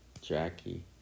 Jackie